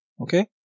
okay